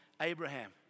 Abraham